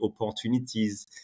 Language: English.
opportunities